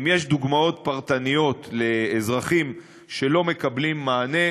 אם יש דוגמאות פרטניות של אזרחים שלא מקבלים מענה,